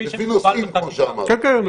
כמו שאמרת,